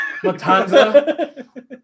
Matanza